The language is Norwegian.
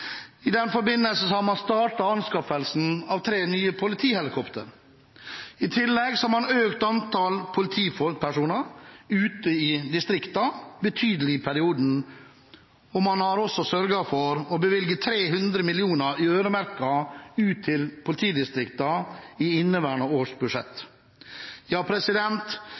I den forbindelse sørget man for at det blir pansrede biler i hvert politidistrikt, og man har startet anskaffelsen av tre nye politihelikoptre. I tillegg har man økt antall politifolk ute i distriktene betydelig i perioden, og man har også sørget for å bevilge 300 mill. kr i øremerkede midler ut til politidistriktene i inneværende års budsjett.